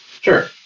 Sure